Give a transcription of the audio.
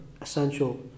essential